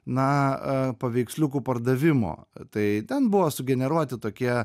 na paveiksliukų pardavimo tai ten buvo sugeneruoti tokie